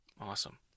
Awesome